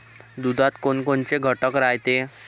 दुधात कोनकोनचे घटक रायते?